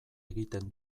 egiten